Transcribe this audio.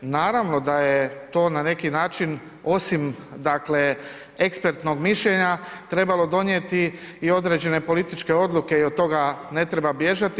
Naravno da je to na neki način, osim dakle ekspertnog mišljenja trebalo donijeti i određene političke odluke i od toga ne treba bježati.